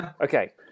Okay